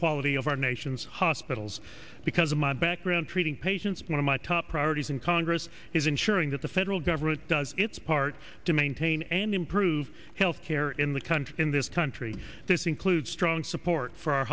quality of our nation's hospitals because of my background treating patients one of my top priorities in congress is ensuring that the federal government does its part to maintain and improve health care in the country in this country this includes strong support for our